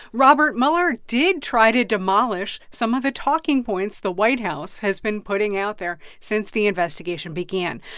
robert mueller did try to demolish some of the talking points the white house has been putting out there since the investigation began.